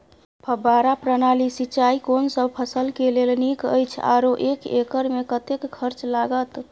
फब्बारा प्रणाली सिंचाई कोनसब फसल के लेल नीक अछि आरो एक एकर मे कतेक खर्च लागत?